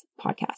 podcast